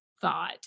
thought